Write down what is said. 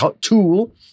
tool